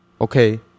Okay